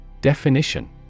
Definition